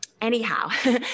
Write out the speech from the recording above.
Anyhow